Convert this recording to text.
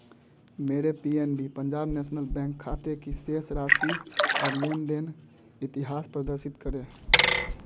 मेरे P N B खाते की शेष राशि और लेन देन इतिहास प्रदर्शित करें